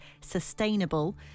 sustainable